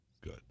Good